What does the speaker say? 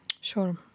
Sure